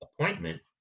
appointment